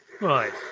Right